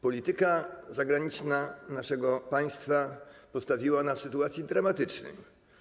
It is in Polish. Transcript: Polityka zagraniczna naszego państwa postawiła nas w sytuacji dramatycznej.